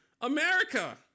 America